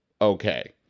okay